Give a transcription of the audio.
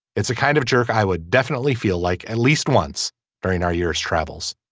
it's a kind of jerk. i would definitely feel like at least once during our year travels